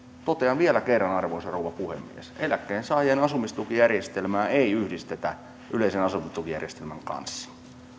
totean vielä kerran arvoisa rouva puhemies että eläkkeensaajien asumistukijärjestelmää ei yhdistetä yleisen asumistukijärjestelmän kanssa